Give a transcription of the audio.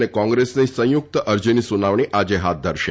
અને કોંગ્રેસની સંયુક્ત અરજીની સુનાવણી આજે હાથ ધરશે